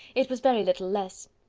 it was very little less.